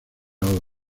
lugar